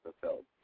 fulfilled